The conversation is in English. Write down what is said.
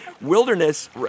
Wilderness